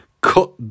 cut